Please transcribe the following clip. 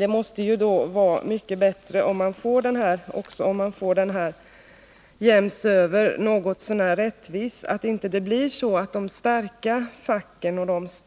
Det måste ju vara mycket bättre om man får denna arbetstidsförkortning över hela linjen något så när rättvist. Det får inte bli så att de